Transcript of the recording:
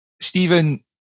Stephen